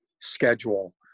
schedule